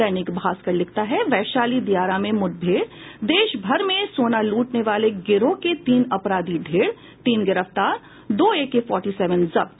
दैनिक भास्कर लिखता है वैशाली दियारा में मुठभेड़ देशभर में सोना लूटने वाले गिरोह के तीन अपराधी ढेर तीन गिरफ्तार दो एके सैंतालीस जब्त